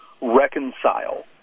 reconcile